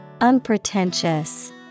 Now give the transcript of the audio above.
unpretentious